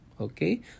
okay